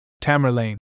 Tamerlane